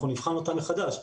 אנחנו נבחן אותה מחדש.